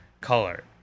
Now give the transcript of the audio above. color